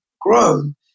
grown